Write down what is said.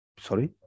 sorry